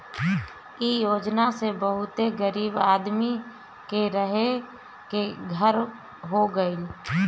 इ योजना से बहुते गरीब आदमी के रहे के घर हो गइल